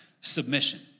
submission